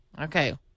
Okay